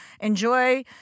enjoy